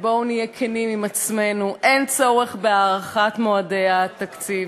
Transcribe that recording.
ובואו נהיה כנים עם עצמנו: אין צורך בהארכת מועדי התקציב.